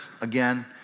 Again